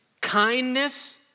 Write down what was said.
kindness